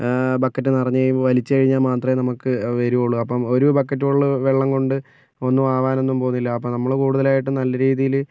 bucket നിറഞ്ഞു കഴിയുമ്പോൾ വലിച്ചു കഴിഞ്ഞാൽ മാത്രമേ നമുക്ക് വരൂള്ളൂ അപ്പം ഒരു ബക്കറ്റ് വെള്ളം കൊണ്ട് ഒന്നും ആകാനൊന്നും പോകുന്നില്ല അപ്പം നമ്മൾ കൂടുതലായിട്ടും നല്ല രീതിയിൽ